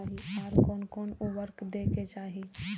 आर कोन कोन उर्वरक दै के चाही?